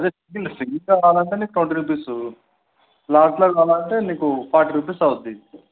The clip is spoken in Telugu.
అదే సింగిల్ సింగిల్గా కావాలంటే నీకు ట్వంటీ రూపీసు లార్జ్లో కావాలంటే నీకు ఫార్టీ రూపీస్ అవుతుంది